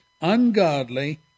ungodly